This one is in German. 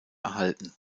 erhalten